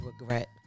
regret